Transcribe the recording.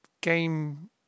game